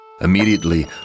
Immediately